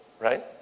right